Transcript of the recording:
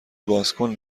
بازکن